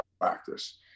practice